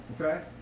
Okay